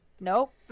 nope